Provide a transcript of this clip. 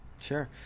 Sure